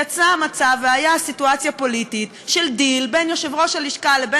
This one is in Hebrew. יצא מצב והייתה סיטואציה פוליטית של דיל בין יושב-ראש הלשכה לבין